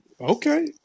Okay